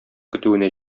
көтүенә